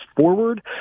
forward